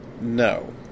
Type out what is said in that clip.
No